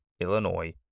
Illinois